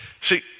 See